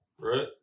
Right